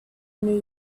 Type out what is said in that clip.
new